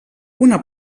una